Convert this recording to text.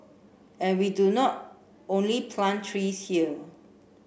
and we do not only plant trees here